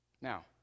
Now